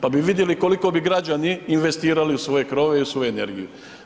Pa bi vidjeli koliko bi građani investirali u svoje krovove i u svoju energiju.